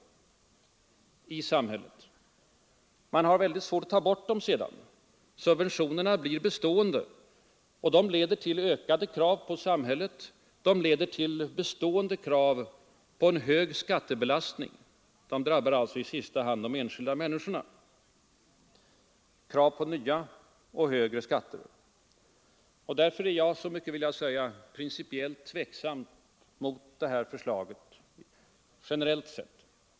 Man har väldigt svårt att ta bort dem. Subventionerna blir bestående och de leder till ökade krav på samhället, till bestående krav på en hög skattebelastning. De drabbar alltså i sista hand de enskilda människorna genom krav på nya och högre skatter. Därför är jag — så mycket vill jag säga — tveksam till det här förslaget principiellt sett.